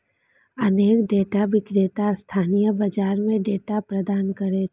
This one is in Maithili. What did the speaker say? अनेक डाटा विक्रेता स्थानीय बाजार कें डाटा प्रदान करै छै